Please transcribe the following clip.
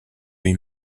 lui